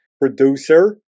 Producer